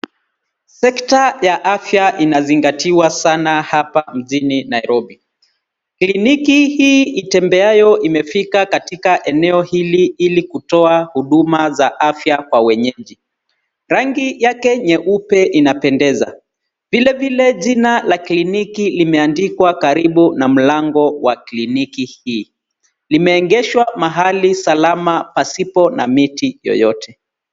Sekta ya afya inazingatiwa sana hapa mjini Nairobi. Kliniki hii itembeayo imefika katika eneo hili ili kutoa huduma za afya kwa wenyeji. Rangi yake nyeupe inapendeza. Vile vile jina la kliniki limeandikwa karibu na mlango wa kliniki hii. Limeegeshwa mahali salama pasipo na miti yoyote.